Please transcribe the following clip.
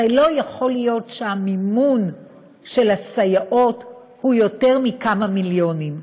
הרי לא יכול להיות שהמימון של הסייעות הוא יותר מכמה מיליונים.